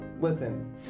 Listen